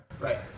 right